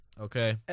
okay